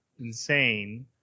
insane